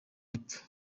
y’epfo